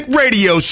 radio